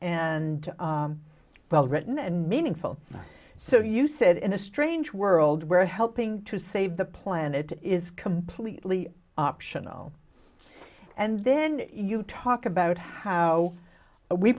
and well written and meaningful so you said in a strange world where helping to save the planet is completely optional and then you talk about how we